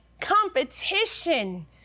competition